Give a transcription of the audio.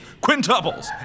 quintuples